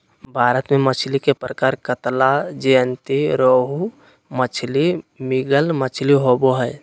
भारत में मछली के प्रकार कतला, ज्जयंती रोहू मछली, मृगल मछली होबो हइ